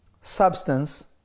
Substance